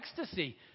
ecstasy